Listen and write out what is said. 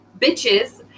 bitches